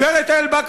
גברת אלבק,